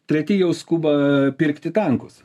treti jau skuba pirkti tankus